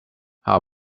how